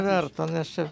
verta nes čia